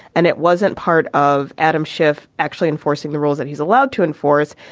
and it wasn't part of adam schiff actually enforcing the rules that he's allowed to enforce.